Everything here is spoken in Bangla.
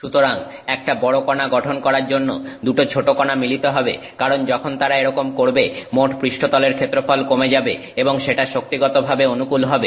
সুতরাং একটা বড় কনা গঠন করার জন্য দুটো ছোট কনা মিলিত হবে কারণ যখন তারা এরকম করবে মোট পৃষ্ঠতলের ক্ষেত্রফল কমে যাবে এবং সেটা শক্তিগতভাবে অনুকূল হবে